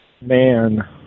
Man